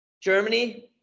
Germany